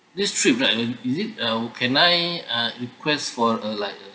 this trip lah uh is it uh can I uh request for a like a